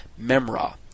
Memra